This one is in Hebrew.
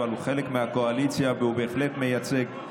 הוא חלק מהקואליציה והוא בהחלט מייצג,